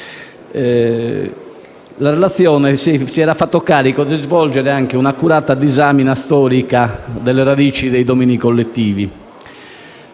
di legge, si era fatta carico di svolgere un'accurata disamina storica delle radici dei domini dei collettivi.